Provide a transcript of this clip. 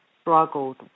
struggled